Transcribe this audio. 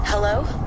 Hello